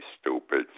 stupid